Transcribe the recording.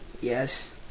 Yes